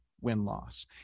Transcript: win-loss